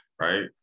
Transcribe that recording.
right